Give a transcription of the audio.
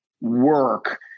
work